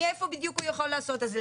מאיפה בדיוק הוא יכול לעשות את זה?